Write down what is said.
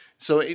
so,